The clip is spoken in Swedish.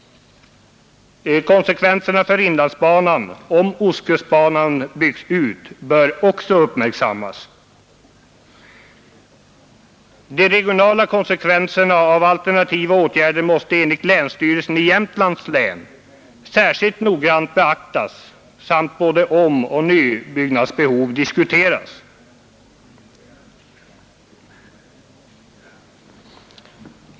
Konsekvenserna för inlandsbanan om ostkustbanan byggs ut bör också upppmärksammas. De regionalpolitiska konsekvenserna av alternativa åtgärder måste enligt länsstyrelsen i Jämtlands län särskilt och noggrant beaktas och såväl omsom nybyggnadsbehovet diskuteras.